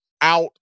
out